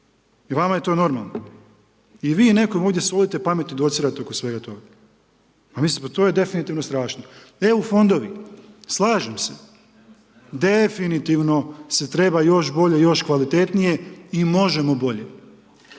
i vama je to normalno. I vi nekom ovdje solite pamet i docirate oko svega toga. Pa mislim pa to je definitivno strašno. EU fondovi, slažem se, definitivno se treba još bolje i još kvalitetnije i možemo bolje.